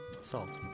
Salt